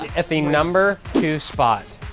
at the number two spot,